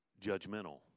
judgmental